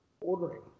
ordering